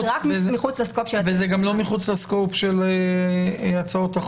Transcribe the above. זה רק מחוץ ל-scope של הצוות שלנו.